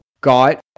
got